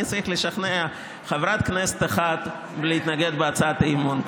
אני צריך לשכנע חברת כנסת אחת להתנגד להצעת אי-אמון.